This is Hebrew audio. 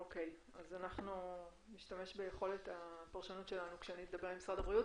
אנחנו נשתמש ביכולת הפרשנות שלנו כאשר נדבר עם משרד הבריאות.